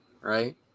right